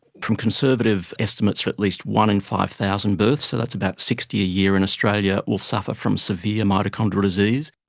from conservative estimates at least one in five thousand births, so that's about sixty a year in australia will suffer from severe mitochondrial disease.